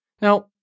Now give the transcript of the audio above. Now